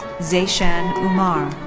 zeshan umar.